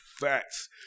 Facts